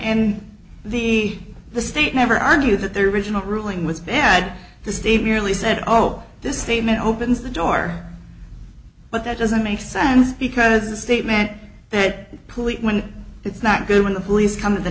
and the the state never argue that their original ruling was bad the steve merely said oh this statement opens the door but that doesn't make sense because the statement that police when it's not good when the police come to the